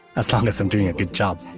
as long as i'm doing a good job.